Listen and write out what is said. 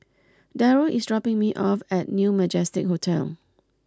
Daryl is dropping me off at New Majestic Hotel